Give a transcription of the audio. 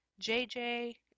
JJ